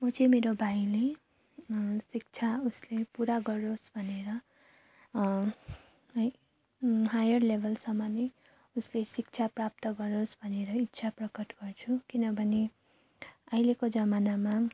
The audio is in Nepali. म चाहिँ मेरो भाइले शिक्षा उसले पुरा गरोस् भनेर है हायर लेभेलसम्म नै उसले शिक्षा प्राप्त गरोस् भनेरै इच्छा प्रकट गर्छु किनभने अहिलेको जमानामा